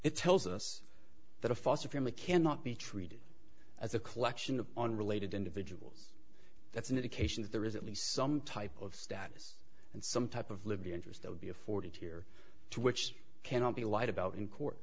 it tells us that a foster family cannot be treated as a collection of on related individuals that's an indication that there is at least some type of status and some type of libya interest that would be afforded here to which cannot be lied about in court